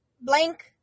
blank